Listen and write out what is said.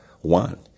One